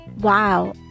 wow